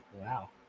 wow